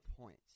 points